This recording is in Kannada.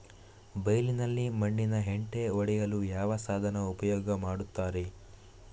ಬೈಲಿನಲ್ಲಿ ಮಣ್ಣಿನ ಹೆಂಟೆ ಒಡೆಯಲು ಯಾವ ಸಾಧನ ಉಪಯೋಗ ಮಾಡುತ್ತಾರೆ?